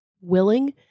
willing